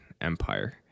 Empire